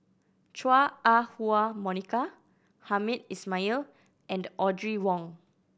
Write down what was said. Chua Ah Huwa Monica Hamed Ismail and Audrey Wong